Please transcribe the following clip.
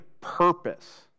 purpose